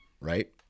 Right